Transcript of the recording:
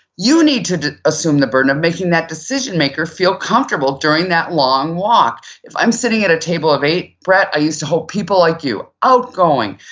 you need to assume the burden of making that decision maker feel comfortable during that long walk if i'm sitting at a table of eight, brett, i used to hope people like you outgoing,